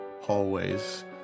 hallways